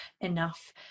enough